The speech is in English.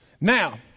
Now